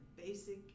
Basic